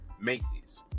Macy's